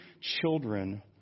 children